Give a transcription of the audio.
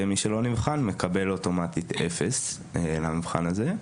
ומי שלא נבחן מקבל אוטומטית אפס במבחן הזה.